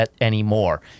anymore